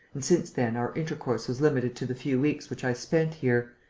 and since then our intercourse was limited to the few weeks which i spent here,